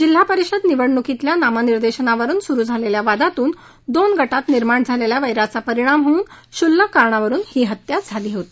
जिल्हापरिषद निवडणूकीतल्या नामनिर्देशनावरुन सुरु झालेल्या वादातून दोन गटात निर्माण झालेल्या वैराचा परिणाम होऊन शूल्लक कारणावरुन ही हत्या झाली होती